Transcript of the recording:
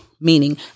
meaning